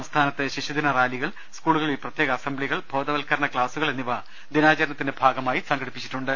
സംസ്ഥാനത്ത് ശിശുദിനറാലികൾ സ്കൂളുകളിൽ പ്രത്യേക അസം ബ്ലികൾ ബോധവത്കരണ ക്സാസുകൾ എന്നിവ ദിനാചരണത്തിന്റെ ഭാഗ മായി സംഘടിപ്പിച്ചിട്ടുണ്ട്